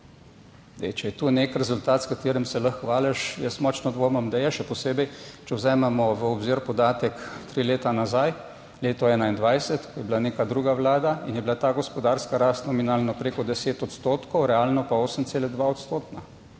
če je to nek rezultat, s katerim se lahko hvališ, jaz močno dvomim, da je. Še posebej, če vzamemo v obzir podatek tri leta nazaj, leto 2021, ko je bila neka druga Vlada in je bila ta gospodarska rast nominalno preko 10 odstotkov, realno pa 8,2-odstotna.